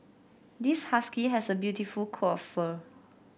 this husky has a beautiful coat of fur